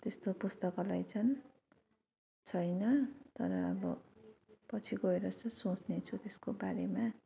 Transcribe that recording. त्यस्तो पुस्तकालय चाहिँ छैन तर अब पछि गएर यसो सोच्ने छु त्यसको बारेमा